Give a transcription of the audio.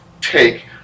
take